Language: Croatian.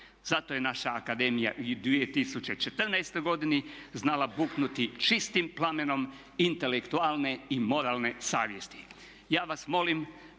Zato je naša akademija i u 2014. godini znala buknuti čistim plamenom intelektualne i moralne savjesti.